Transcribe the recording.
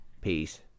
Peace